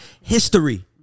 history